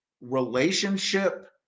relationship